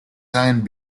signed